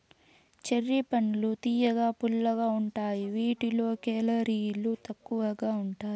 cherry పండ్లు తియ్యగా, పుల్లగా ఉంటాయి వీటిలో కేలరీలు తక్కువగా ఉంటాయి